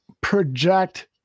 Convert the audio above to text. project